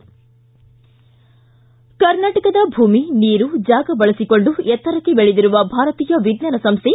ಕರ್ನಾಟಕದ ಭೂಮಿ ನೀರು ಜಾಗ ಬಳಸಿಕೊಂಡು ಎತ್ತರಕ್ಷೆ ಬೆಳೆದಿರುವ ಭಾರತೀಯ ವಿಜ್ಞಾನ ಸಂಸ್ಥೆ